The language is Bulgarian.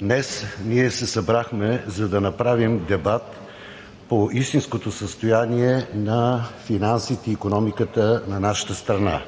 Днес ние се събрахме, за да направим дебат по истинското състояние на финансите и икономиката на нашата страна.